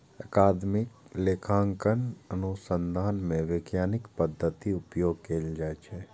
अकादमिक लेखांकन अनुसंधान मे वैज्ञानिक पद्धतिक उपयोग कैल जाइ छै